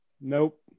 Nope